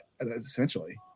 essentially